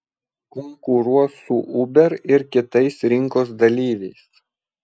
konkuruos su uber ir kitais rinkos dalyviais